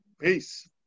Peace